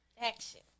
Action